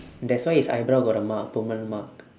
that's why his eyebrow got a mark permanent mark